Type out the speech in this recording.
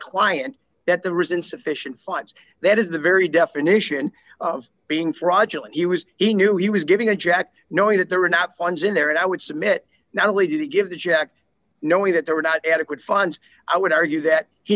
client that the reason sufficient funds that is the very definition of being fraudulent he was he knew he was giving a jacked knowing that there were not funds in there and i would submit now later to give the check knowing that there were not adequate funds i would argue that he